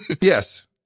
yes